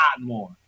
more